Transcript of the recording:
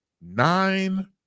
nine